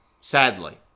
sadly